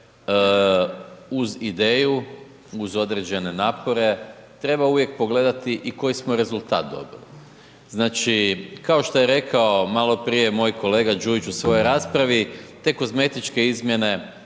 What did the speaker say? uz ideju, uz određene napore treba uvijek pogledati i koji smo rezultat dobili. Znači, kao što je rekao maloprije moj kolega Đujić u svojoj raspravi, te kozmetičke izmjene,